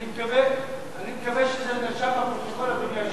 אני מקווה שזה נרשם בפרוטוקול, אדוני היושב-ראש.